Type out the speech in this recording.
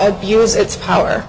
abuse its power